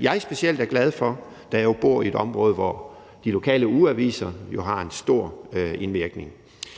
jeg specielt er glad for, da jeg jo bor i et område, hvor de lokale ugeaviser har en stor indvirkning.